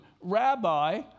Rabbi